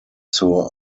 zur